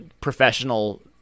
professional